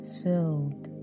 filled